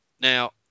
Now